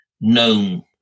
known